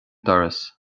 doras